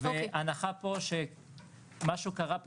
והנחה פה שמשהו קרה פה.